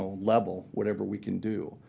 ah level, whatever we can do.